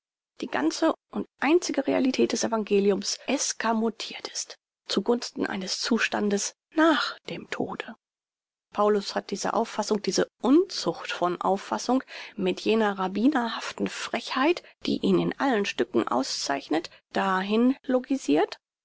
die ganze und einzige realität des evangeliums eskamotirt ist zu gunsten eines zustandes nach dem tode paulus hat diese auffassung diese unzucht von auffassung mit jener rabbinerhaften frechheit die ihn in allen stücken auszeichnet dahin logisirt